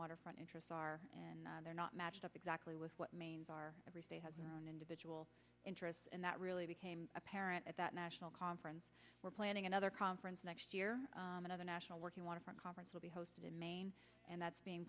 waterfront interests are and they're not matched up exactly with what main bar every state has an individual interest and that really became apparent at that national conference we're planning another conference next year another national working waterfront conference will be hosted in maine and that's being